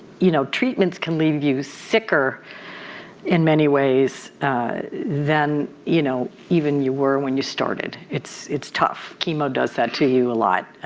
you know treatments can leave you sicker in many ways than you know even you were when you started. it's it's tough. chemo does that to you a lot.